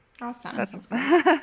Awesome